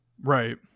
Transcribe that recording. Right